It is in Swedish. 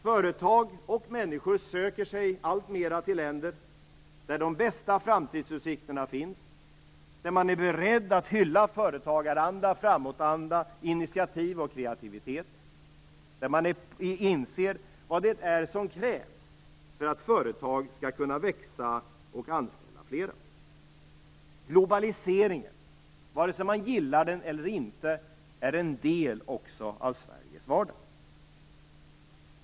Företag och människor söker sig alltmera till länder där de bästa framtidsutsikterna finns, där man är beredd att hylla företagaranda, framåtanda, initiativ och kreativitet och där man inser vad det är som krävs för att företag skall kunna växa och anställa flera. Globaliseringen, vare sig man gillar den eller inte, är en del också av Sveriges vardag.